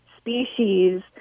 species